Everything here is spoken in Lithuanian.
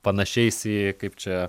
panašiais į kaip čia